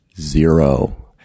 zero